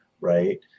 Right